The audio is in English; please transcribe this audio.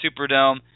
Superdome